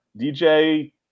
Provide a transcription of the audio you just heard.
DJ